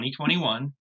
2021